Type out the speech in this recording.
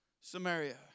Samaria